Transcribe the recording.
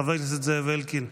חבר הכנסת זאב אלקין,